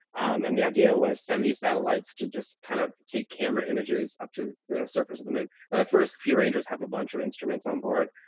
and the idea was send these satellites to just kind of take camera images up to the surface of the moon. and the first few rangers have a bunch of instruments on board.